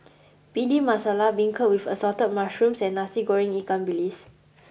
bhindi masala beancurd with assorted mushrooms and nasi goreng ikan bilis